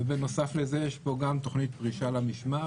ובנוסף לזה יש פה גם תוכנית פרישה למשמר,